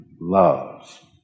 love